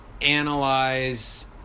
analyze